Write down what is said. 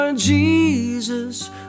Jesus